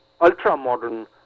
ultra-modern